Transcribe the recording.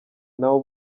ntawe